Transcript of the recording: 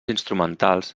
instrumentals